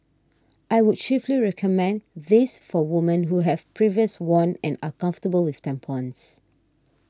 I would chiefly recommend this for women who have previous worn and are comfortable with tampons